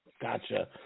Gotcha